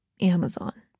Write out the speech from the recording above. Amazon